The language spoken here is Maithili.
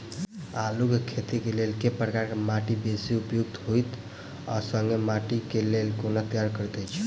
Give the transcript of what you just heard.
आलु केँ खेती केँ लेल केँ प्रकार केँ माटि बेसी उपयुक्त होइत आ संगे माटि केँ कोना तैयार करऽ छी?